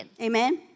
Amen